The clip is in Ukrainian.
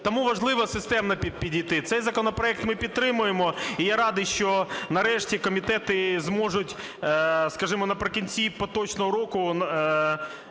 Тому важливо системно підійти. Цей законопроект ми підтримуємо, і я радий, що нарешті комітети зможуть, скажімо, наприкінці поточного року